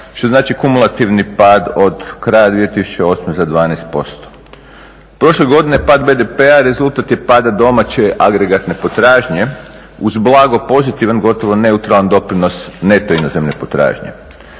što znači kumulativni pad od kraja 2008. za 12%. Prošle godine pad BDP-a rezultat je pada domaće agregatne potražnje uz blago pozitivan, gotovo neutralan doprinos neto inozemne potražnje.